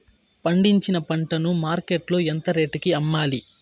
పండించిన పంట ను మార్కెట్ లో ఎంత రేటుకి అమ్మాలి?